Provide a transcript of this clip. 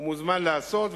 מוזמן לעשות.